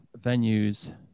venues